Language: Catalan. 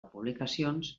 publicacions